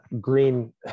Green